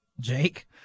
Jake